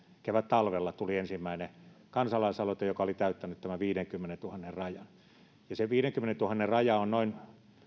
kevättalvella tuli ensimmäinen kansalaisaloite joka oli täyttänyt tämän viidenkymmenentuhannen rajan se viidenkymmenentuhannen raja on noin